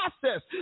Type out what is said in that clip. process